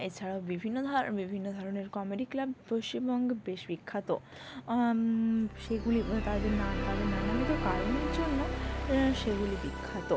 এছাড়াও বিভিন্ন ধরনের কমেডি ক্লাব পশ্চিমবঙ্গে বেশ বিখ্যাত সেগুলি বা তাদের না তাদের নানবিধ কারণের জন্য সেগুলি বিখ্যাত